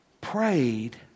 Prayed